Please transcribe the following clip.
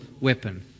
weapon